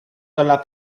dalla